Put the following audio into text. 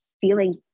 feeling